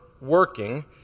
working